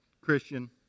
Christian